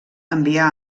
envià